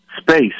space